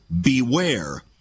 beware